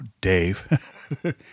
Dave